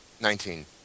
Nineteen